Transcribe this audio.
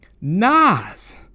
Nas